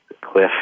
cliff